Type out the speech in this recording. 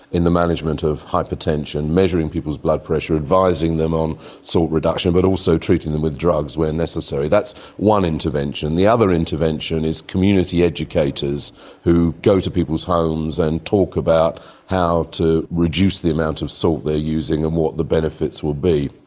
in the management of hypertension, measuring people's blood pressure, advising them on salt reduction, but also treating them with drugs where necessary. that's one intervention. the other intervention is community educators who go to people's homes and talk about how to reduce the amount of salt they are using and what the benefits would be.